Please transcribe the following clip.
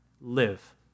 Live